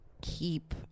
keep